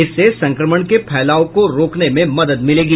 इससे संक्रमण के फैलाव को रोकने में मदद मिलेगी